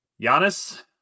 Giannis